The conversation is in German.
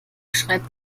schreibt